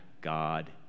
God